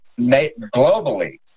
Globally